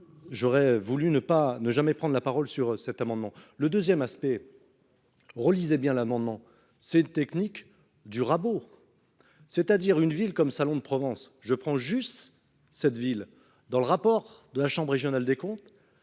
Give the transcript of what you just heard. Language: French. J'aurais voulu ne pas, ne jamais prendre la parole sur cet amendement, le 2ème aspect. Relisez bien l'amendement c'est technique du rabot. C'est-à-dire une ville comme Salon-de-Provence je prends juste cette ville dans le rapport de la chambre régionale des comptes.